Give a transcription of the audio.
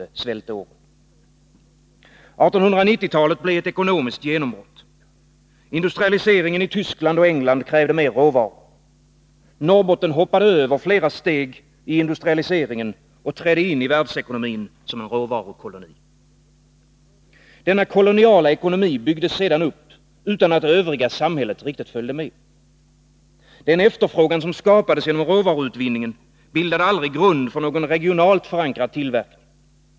1890-talet blev ett ekonomiskt genombrott. Industrialiseringen i Tyskland och i England krävde mer råvaror. Norrbotten hoppade över flera steg i industrialiseringen och trädde in i världsekonomin som en råvarukoloni. Denna koloniala ekonomi byggdes sedan upp utan att det övriga samhället riktigt följde med. Den efterfrågan som skapades genom råvaruutvinningen bildade aldrig grund för någon regionalt förankrad tillverkning.